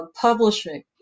publishing